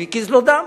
הוא הקיז לו דם.